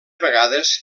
vegades